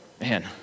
man